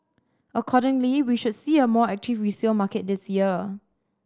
accordingly we should see a more resale market this year